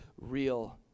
real